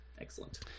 excellent